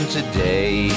Today